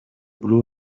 blue